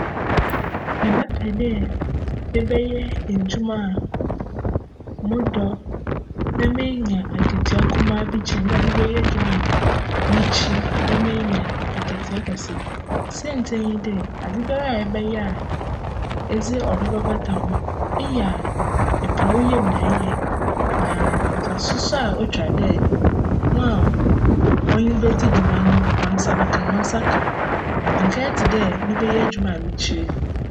Mebjpj dj mebjyj edwuma a mo dc na meenya akatua kumaa bi kyjn dj mebjyj edwuma a me kyer na meenya akatua kjse. Siantsir nye dj, adze biara ebjyj a edze cdc bjbata ho no, eyjj a epra wo yamu na eyj na mfaso so a otwar dj hcn a wcnye wo bedzi dwuma no hcn nsa ka no, hcn nsa ka. Cnnkjyj tse dj mebjyj edwuma a mekyer no.